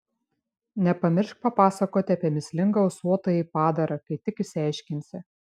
nepamiršk papasakoti apie mįslingą ūsuotąjį padarą kai tik išsiaiškinsi